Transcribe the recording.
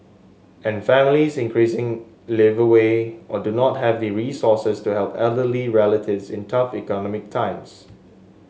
and families increasingly live away or do not have the resources to help elderly relatives in tough economic times